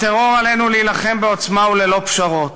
בטרור עלינו להילחם בעוצמה וללא פשרות.